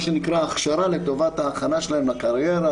מה שנקרא לטובת ההכנה שלהם לקריירה,